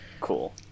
cool